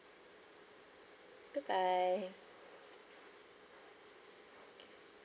goodbye